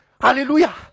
Hallelujah